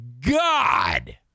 God